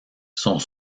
sont